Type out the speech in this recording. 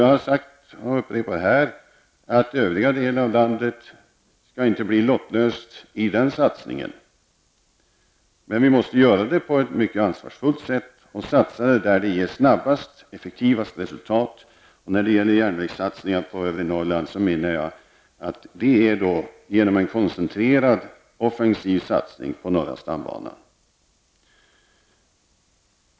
Jag har sagt tidigare och upprepar det nu, att övriga delar av landet inte skall bli lottlösa i den satsningen. Men det måste ske på ett mycket ansvarsfullt sätt, och satsningarna skall göras där de snabbast och effektivast ger resultat. Järnvägssatsningar på övre Norrland anser jag skall ske genom en koncentrerad och offensiv satsning på norra stambanan.